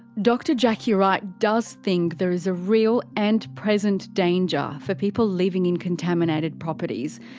dr jackie wright does think there is a real and present danger for people living in contaminated properties,